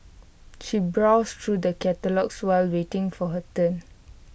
she browsed through the catalogues while waiting for her turn